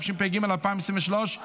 התשפ"ג2023 ,